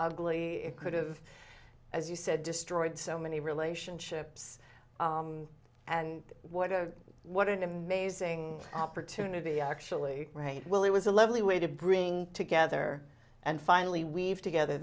ugly it could've as you said destroyed so many relationships and what a what an amazing opportunity actually right will it was a lovely way to bring together and finally we've together